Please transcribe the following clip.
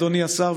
אדוני השר,